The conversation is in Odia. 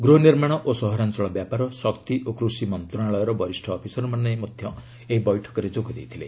ଗୃହ ନିର୍ମାଣ ଓ ସହରାଞ୍ଚଳ ବ୍ୟାପାର ଶକ୍ତି ଓ କୃଷି ମନ୍ତ୍ରଣାଳୟର ବରିଷ୍ଣ ଅଫିସରମାନେ ମଧ୍ୟ ଏହି ବୈଠକରେ ଯୋଗ ଦେଇଥିଲେ